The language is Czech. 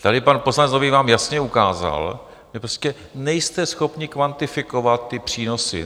Tady pan poslanec Nový vám jasně ukázal, že prostě nejste schopni kvantifikovat ty přínosy.